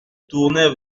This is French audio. tournait